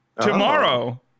Tomorrow